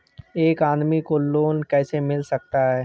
एक आदमी को लोन कैसे मिल सकता है?